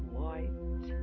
white